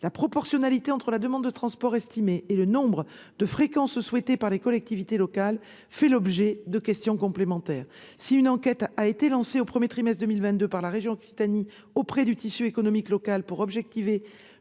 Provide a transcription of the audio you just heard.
La proportionnalité entre la demande de transport estimée et la fréquence souhaitée par les collectivités locales fait l'objet d'études complémentaires. Si une enquête a été lancée au premier trimestre de 2022 par la région Occitanie auprès du tissu économique local pour objectiver